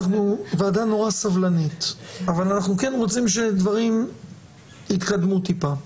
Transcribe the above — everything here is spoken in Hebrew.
אנחנו ועדה נורא סובלנית אבל אנחנו כן רוצים שדברים יתקדמו טיפה.